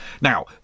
Now